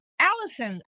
Allison